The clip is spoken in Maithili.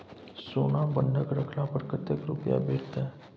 सोना बंधक रखला पर कत्ते रुपिया भेटतै?